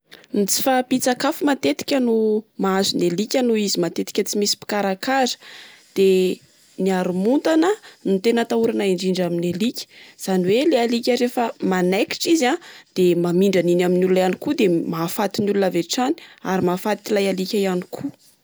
Ny tsy fahampin-tsakafo matetika no mahazo ny alika noho izy matetika tsy misy mpikarakara. De ny haromontana no tena ataorana indrindra amin'ny alika zany hoe ilay alika refa manaikitra izy a de mamindra an'iny ami'ny olona ihany koa de mahafaty ny olona avy hatrany ary mafaty ilay alika ihany koa.